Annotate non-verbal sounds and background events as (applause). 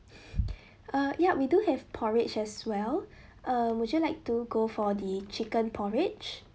(breath) uh yup we do have porridge as well (breath) uh would you like to go for the chicken porridge